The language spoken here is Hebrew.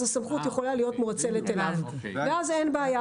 הסמכות יכולה להיות מואצלת אליו ואז אין בעיה.